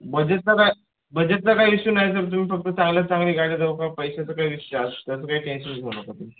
बजेटचा काय बजेटचा काय इशू नाही सर तुम्ही फक्त चांगल्यात चांगली गाडी देऊ करा पैशाचं काही विषय असं त्याचं काही टेंशन घेऊ नका तुम्ही